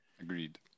Agreed